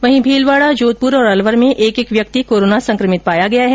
वहीं भीलवाड़ा जोधपुर और अलवर में एक एक व्यक्ति कोरोना संक्रमित पाया गया है